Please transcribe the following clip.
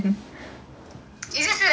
is it still recording